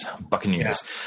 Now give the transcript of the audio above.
Buccaneers